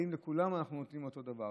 האם לכולם אנחנו נותנים אותו דבר,